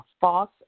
false